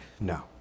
No